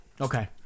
Okay